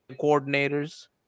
coordinators